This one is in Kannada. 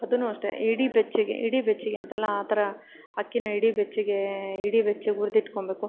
ಅದನ್ನು ಅಷ್ಟೇ ಇಡೀ ಬೆಚ್ಚಗೆ ಇಡೀ ಬೆಚ್ಚಗೆ ಅಂತಲ್ಲ ಆ ಥರ ಅಕ್ಕಿನ ಇಡೀ ಬೆಚ್ಚಗೇ ಇಡೀ ಬೆಚ್ಚಗೆ ಉರ್ದಿಟ್ಕೊಳ್ಬೇಕು